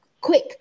Quick